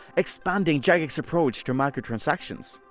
expanding jagex' approach to microtransactions.